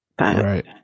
Right